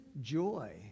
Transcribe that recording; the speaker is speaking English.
joy